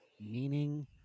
meaning